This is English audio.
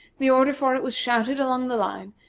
the order for it was shouted along the line,